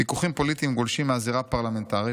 ויכוחים פוליטיים גולשים מהזירה הפרלמנטרית